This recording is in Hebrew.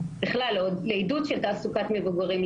לעידוד של תעסוקת מבוגרים,